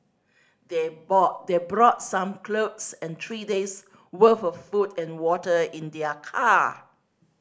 they bought brought some clothes and three days worth of food and water in their car